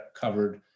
covered